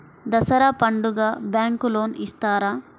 దసరా పండుగ bank loan ఇస్తారా?